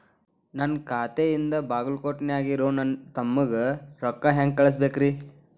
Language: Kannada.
ನನ್ನ ಖಾತೆಯಿಂದ ಬಾಗಲ್ಕೋಟ್ ನ್ಯಾಗ್ ಇರೋ ನನ್ನ ತಮ್ಮಗ ರೊಕ್ಕ ಹೆಂಗ್ ಕಳಸಬೇಕ್ರಿ?